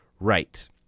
Right